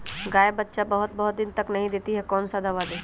गाय बच्चा बहुत बहुत दिन तक नहीं देती कौन सा दवा दे?